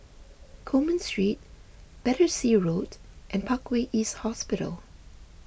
Coleman Street Battersea Road and Parkway East Hospital